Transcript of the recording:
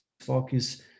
focus